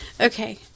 Okay